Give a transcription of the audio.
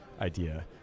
idea